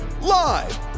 Live